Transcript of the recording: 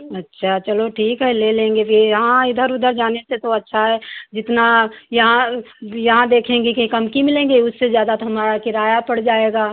अच्छा चलो ठीक है ले लेंगे हाँ इधर उधर जाने से तो अच्छा है जितना यहाँ देखेंगे कि कम की मिलेंगे उस से ज़्यादा तो हमारा किराया पड़ जाएगा